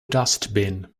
dustbin